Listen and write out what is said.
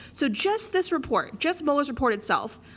so just this report, just mueller's report itself,